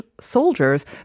soldiers